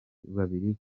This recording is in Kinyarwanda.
babiri